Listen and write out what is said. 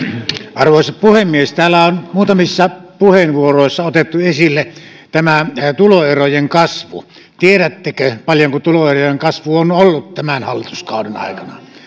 arvoisa puhemies täällä on muutamissa puheenvuoroissa otettu esille tämä tuloerojen kasvu tiedättekö paljonko tuloerojen kasvu on ollut tämän hallituskauden aikana